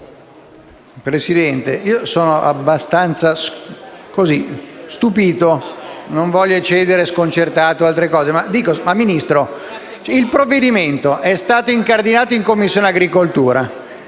Presidente, io sono abbastanza stupito, non voglio eccedere dicendo sconcertato o altro. Signor Ministro, il provvedimento è stato incardinato in Commissione agricoltura,